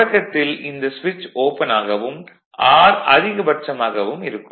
தொடக்கத்தில் இந்த ஸ்விட்ச் ஓபன் ஆகவும் R அதிகபட்சமாகவும் இருக்கும்